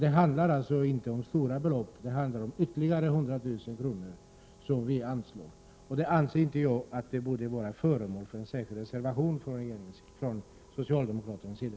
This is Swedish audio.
Det handlar således inte om stora belopp, endast om att vi vill anslå ytterligare 100 000 kr. Jag anser inte att detta skulle behöva vara föremål för en särskild reservation från socialdemokraternas sida.